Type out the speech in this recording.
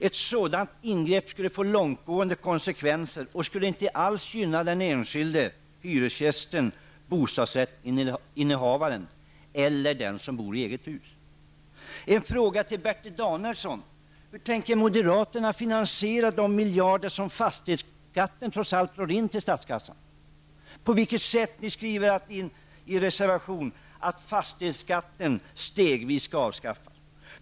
Ett sådant ingrepp skulle få långtgående konsekvenser och skulle inte alls gynna den enskilde hyresgästen, bostadsrättsinnehavaren eller den som bor i eget hus. Jag har följande fråga till Bertil Danielsson: Hur tänker moderaterna finansiera de miljarder som fastighetsskatten trots allt drar in till statskassan? Ni skriver i er reservation att fastighetsskatten stegvis skall avskaffas.